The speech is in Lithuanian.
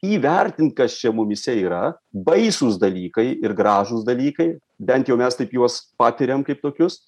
įvertint kas čia mumyse yra baisūs dalykai ir gražūs dalykai bent jau mes taip juos patiriame kaip tokius